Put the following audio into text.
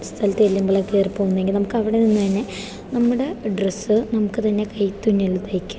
സ്ഥലത്ത് കീറിപ്പോകുന്നെങ്കിൽ നമുക്ക് അവിടെ നിന്ന് തന്നെ നമ്മുടെ ഡ്രസ് നമുക്ക് തന്നെ കൈത്തുന്നൽ തയ്ക്കാം